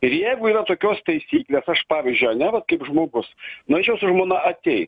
ir jeigu yra tokios taisyklės aš pavyzdžiui ane vat kaip žmogus norėčiau su žmona ateit